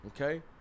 Okay